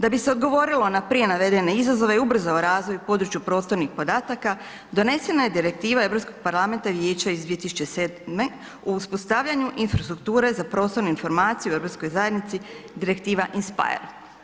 Da bi se odgovorilo na prije navedene izazove i ubrzao razvoj u području prostornih podataka donesena je Direktiva Europskog parlamenta i vijeća iz 2007. o uspostavljanju infrastrukture za prostorne informacije u Europskoj zajednici Direktiva in speyer.